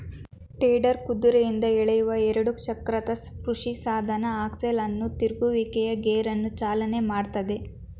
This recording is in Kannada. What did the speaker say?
ಟೆಡರ್ ಕುದುರೆಯಿಂದ ಎಳೆಯುವ ಎರಡು ಚಕ್ರದ ಕೃಷಿಸಾಧನ ಆಕ್ಸೆಲ್ ಅನ್ನು ತಿರುಗುವಿಕೆ ಗೇರನ್ನು ಚಾಲನೆ ಮಾಡ್ತದೆ